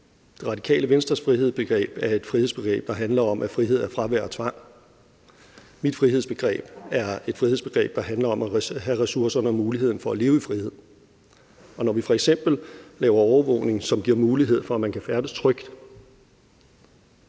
Det Radikale Venstres frihedsbegreb er et frihedsbegreb, der handler om, at frihed er fravær af tvang. Mit frihedsbegreb er et frihedsbegreb, der handler om at have ressourcerne og muligheden for at leve i frihed. Og når vi f.eks. indfører overvågning, som giver mulighed for, at man kan færdes trygt,